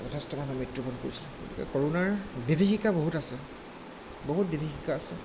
যথেষ্ট মানুহে মৃত্যুবৰণ কৰিছিল গতিকে কৰোণাৰ বিভীষিকা বহুত আছে বহুত বিভীষিকা আছে